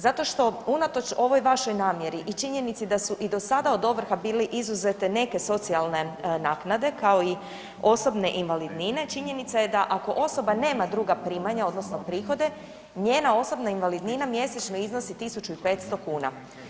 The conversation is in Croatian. Zato što unatoč ovoj vašoj namjeri i činjenici da su i do sada od ovrha bili izuzete neke socijalne naknade, kao i osobne invalidnine, činjenica je da ako osoba nema druga primanja odnosno prihode, njena osobna invalidnina mjesečno iznosi 1.500 kuna.